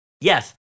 Yes